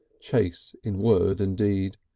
chaste in word and deed,